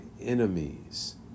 enemies